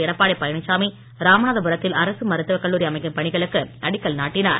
எடப்பாடி பழனிசாமி ராமநாதபுரத்தில் அரசு மருத்துவ கல்லூரி அமைக்கும் பணிகளுக்கு அடிக்கல் நாட்டினார்